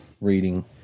reading